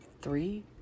three